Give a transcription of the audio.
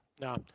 no